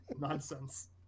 nonsense